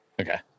okay